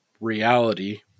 reality